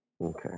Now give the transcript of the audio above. Okay